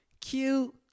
cute